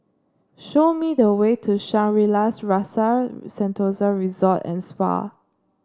show me the way to Shangri La's Rasa Sentosa Resort and Spa